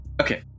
Okay